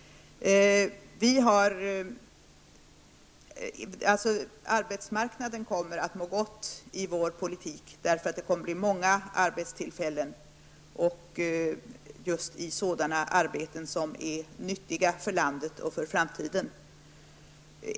Arbetsmarknaden kommer att må gott med vår politik. Det kommer att bli många arbetstillfällen, just inom sådana områden som är nyttiga för landet och för framtiden.